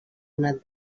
donat